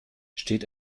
steht